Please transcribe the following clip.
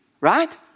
right